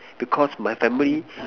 because my family